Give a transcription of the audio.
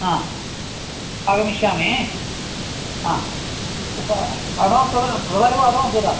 हा आगमिष्यामि हा उत अड्वान्स् तदा एव अड्वान्स् ददामि